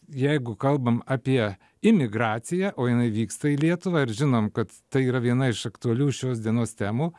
jeigu kalbam apie imigraciją o jinai vyksta į lietuvą ir žinom kad tai yra viena iš aktualių šios dienos temų